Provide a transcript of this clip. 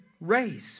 race